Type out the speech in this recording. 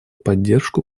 поддержку